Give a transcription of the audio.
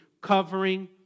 covering